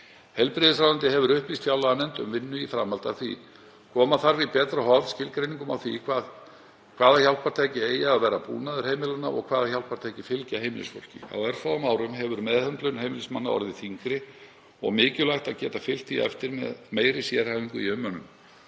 Heilbrigðisráðuneytið hefur upplýst fjárlaganefnd um vinnu í framhaldi af því. Koma þarf í betra horf skilgreiningum á því hvaða hjálpartæki eigi að vera búnaður heimilanna og hvaða hjálpartæki fylgi heimilisfólki. Á örfáum árum hefur meðhöndlun heimilismanna orðið þyngri og mikilvægt að geta fylgt því eftir með meiri sérhæfingu í umönnun.